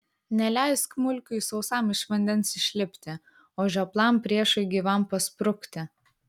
neleisk mulkiui sausam iš vandens išlipti o žioplam priešui gyvam pasprukti